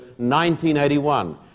1981